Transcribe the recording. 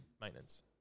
Maintenance